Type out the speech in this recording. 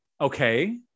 Okay